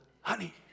honey